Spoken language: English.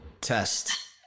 test